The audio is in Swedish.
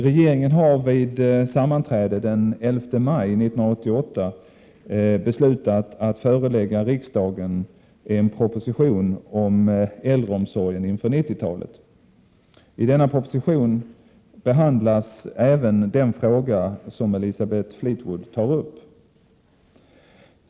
Regeringen har vid sammanträde den 11 maj 1988 beslutat att förelägga riksdagen en proposition om äldreomsorgen inför 90-talet. I denna proposition behandlas även den fråga som Elisabeth Fleetwood tar upp.